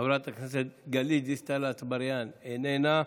חברת הכנסת גלית דיסטל אטבריאן, איננה.